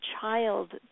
child